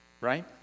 right